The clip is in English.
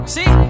See